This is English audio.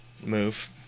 move